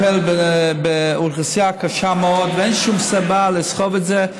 הוא מטפל באוכלוסייה קשה מאוד ואין שום סיבה לסחוב את זה.